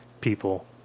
people